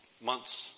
months